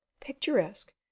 picturesque